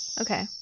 Okay